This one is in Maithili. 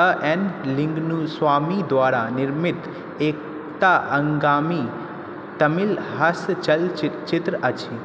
आओर एन लिन्गुनस्वामी द्वारा निर्मित एकटा आगामी तमिल हास्य चलचित्र अछि